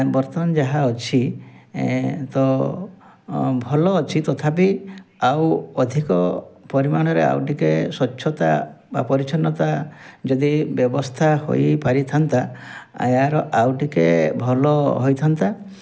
ବର୍ତ୍ତମାନ ଯାହା ଅଛି ତ ଭଲ ଅଛି ତଥାପି ଆଉ ଅଧିକ ପରିମାଣରେ ଆଉ ଟିକେ ସ୍ୱଚ୍ଛତା ବା ପରିଚ୍ଛନ୍ନତା ଯଦି ବ୍ୟବସ୍ଥା ହୋଇ ପାରିଥାନ୍ତା ଏହାର ଆଉ ଟିକେ ଭଲ ହୋଇଥାନ୍ତା